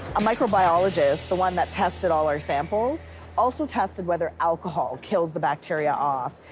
a microbiologist, the one that tested all our samples also tested whether alcohol kills the bacteria off.